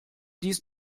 dies